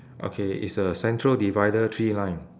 okay it's a central divider three line